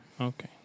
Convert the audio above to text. okay